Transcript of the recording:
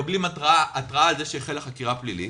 אנחנו מקבלים התרעה שהחלה חקירה פלילית,